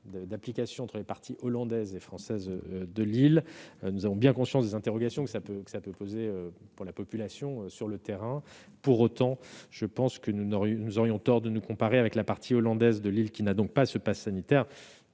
d'application entre les parties néerlandaise et française de l'île, nous avons bien conscience des interrogations que cela peut soulever sur le terrain. Pour autant, je pense que nous aurions tort de nous comparer avec la partie néerlandaise, qui n'a donc pas mis en place